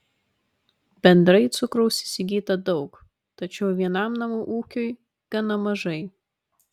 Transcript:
bendrai cukraus įsigyta daug tačiau vienam namų ūkiui gana mažai